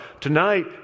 Tonight